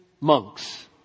monks